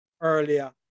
earlier